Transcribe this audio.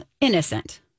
innocent